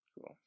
Cool